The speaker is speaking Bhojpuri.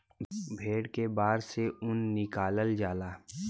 भेड़ के बार से ऊन निकालल जाला